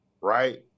right